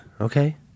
okay